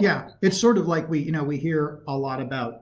yeah, it's sort of like we you know we hear a lot about